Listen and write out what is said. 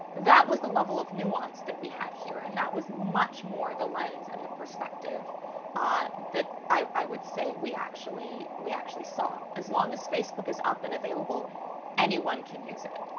that was the level of nuance that we had here. and that was much more the lens and the perspective ah that i would say we actually we actually saw. as long as facebook is up and available anyone can use it.